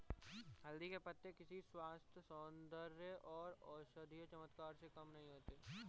हल्दी के पत्ते किसी स्वास्थ्य, सौंदर्य और औषधीय चमत्कार से कम नहीं होते